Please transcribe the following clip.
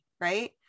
right